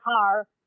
car